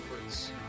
efforts